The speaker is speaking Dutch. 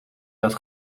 dat